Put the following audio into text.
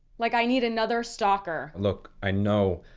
like i need another stalker. look, i know,